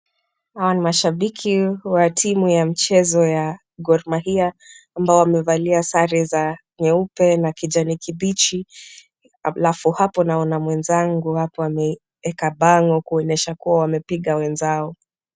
Hawa ni mashabiki wa timu ya mchezo ya Gor mahia ambao wamevalia sare za nyeupe na kijani kibichi ,alafu hapo naona mwenzangu hapo ameweka tano kuonyesha kuwa wamepiga wenzao.